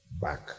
back